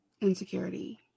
insecurity